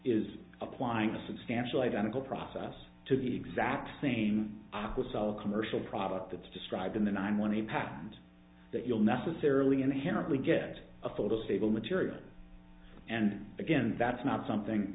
is applying a substantial identical process to the exact same aqua sol commercial product that's described in the nine one a patent that you'll necessarily inherently get a photo stable material and again that's not something